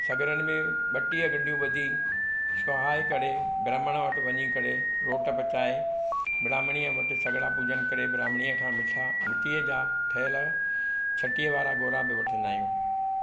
सगिड़नि में ॿटीह गंढियूं ॿधी छुहाइ करे ब्राह्मण वटि वञी करे रौट पचाए ब्रहामणी वट सगड़ा पूजन करे ब्राह्मणी खां मिठा मिटीअ जा ठहियलु छटीह वारा घोरा बि वठंदा आहियूं